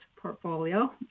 Portfolio